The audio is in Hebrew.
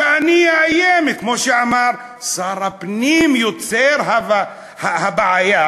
שאני אאיים, כמו שאמר שר הפנים, יוצר הבעיה,